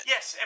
Yes